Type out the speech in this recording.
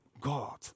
God